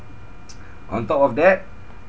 on top of that